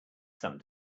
some